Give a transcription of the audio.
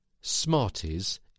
Smarties